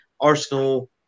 Arsenal